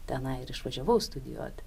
tenai ir išvažiavau studijuoti